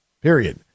Period